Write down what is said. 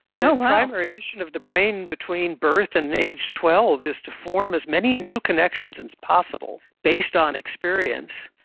the primary mission of the brain between birth and age twelve is to form as many new connections as possible based on experience.